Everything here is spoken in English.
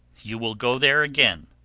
you will go there again.